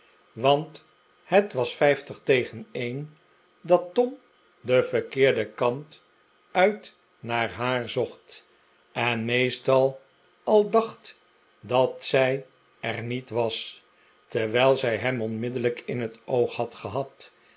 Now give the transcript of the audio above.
want het was vijftig tegen een dat tom den verkeerden kant uit naar haar zocht en meestal al dacht dat zij er niet was terwijl zij hem onmiddellijk in het oog had gehad